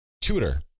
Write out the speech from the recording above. tutor